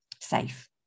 safe